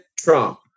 trump